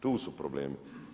Tu su problemi.